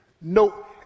No